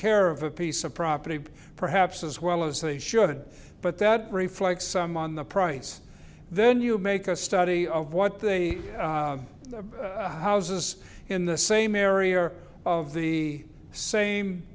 care of a piece of property perhaps as well as they should but that reflects some on the price then you make a study of what the houses in the same area are of the same